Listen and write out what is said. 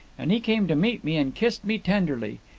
and he came to meet me and kissed me tenderly.